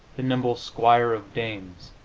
the nimble squire of dames.